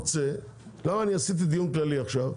למה עשיתי עכשיו דיון כללי?